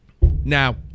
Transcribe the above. Now